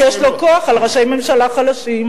כי יש לו כוח על ראשי ממשלה חלשים.